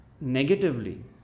negatively